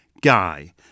guy